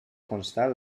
constar